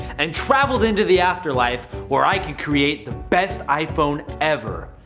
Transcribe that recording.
and travelled into the afterlife where i could create the best iphone ever.